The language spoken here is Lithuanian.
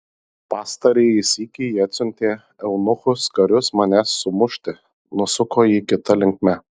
pastarąjį sykį ji atsiuntė eunuchus karius manęs sumušti nusuko jį kita linkme